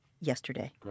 yesterday